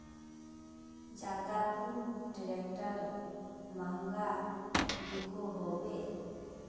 ज्यादा कुन ट्रैक्टर महंगा बिको होबे?